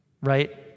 right